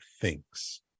thinks